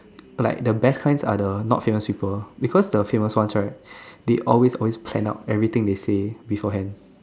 like the best kinds are the not famous people because the famous ones right they always always plan out everything they say before hand